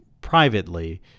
privately